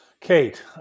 Kate